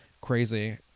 Crazy